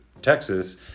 Texas